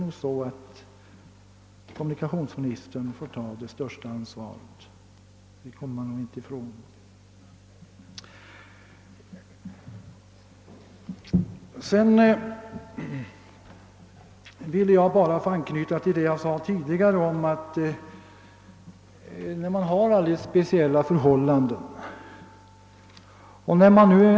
Därför får kommunikationsministern ta det största ansvaret. Det kommer han inte ifrån. Jag förstår att planeringen är mycket omsorgsfull och väl genomtänkt.